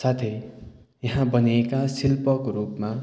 साथै यहाँ बनेका शिल्पको रूपमा